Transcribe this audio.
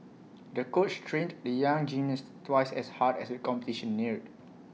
the coach trained the young gymnast twice as hard as the competition neared